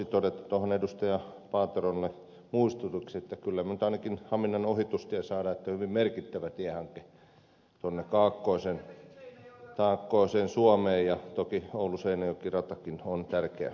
paaterolle muistutukseksi että kyllä me nyt ainakin haminan ohitustien saamme hyvin merkittävän tiehankkeen tuonne kaakkoiseen suomeen ja toki ouluseinäjoki ratakin on tärkeä asia